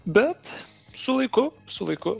bet su laiku su laiku